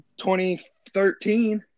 2013